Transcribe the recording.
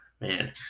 Man